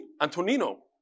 Antonino